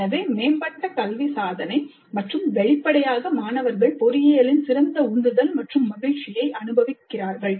எனவே மேம்பட்ட கல்வி சாதனை மற்றும் வெளிப்படையாக மாணவர்கள் பொறியியலின் சிறந்த உந்துதல் மற்றும் மகிழ்ச்சியை அனுபவிக்கிறார்கள்